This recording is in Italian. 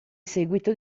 seguito